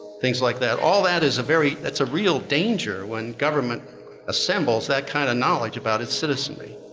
things like that. all that is a very, it's a real danger when government assembles that kind of knowledge about its citizenry.